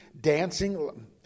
dancing